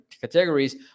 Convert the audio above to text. categories